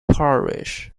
parish